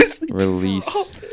release